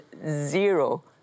zero